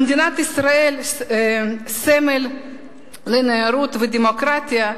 במדינת ישראל, סמל לנאורות ודמוקרטיה,